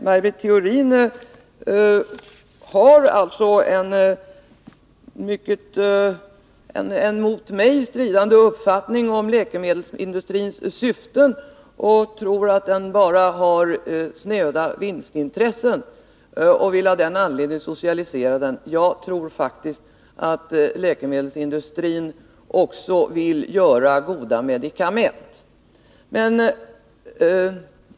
Maj Britt Theorin har alltså en annan uppfattning än jag om läkemedelsindustrins syften och tror att den bara har sneda vinstintressen, och hon vill av den anledningen socialisera den. Jag tror faktiskt att läkemedelsindustrin också vill göra goda medikament.